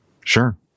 Sure